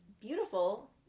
beautiful